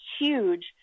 huge